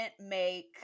make